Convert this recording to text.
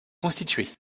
constituée